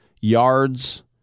yards